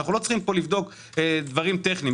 אנחנו לא צריכים לבדוק דברים טכניים.